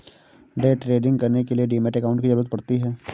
day trading करने के लिए डीमैट अकांउट की जरूरत पड़ती है